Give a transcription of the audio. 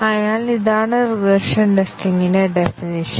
അതിനാൽ ഇതാണ് റിഗ്രഷൻ ടെസ്റ്റിംഗിന്റെ ഡെഫിനീഷൻ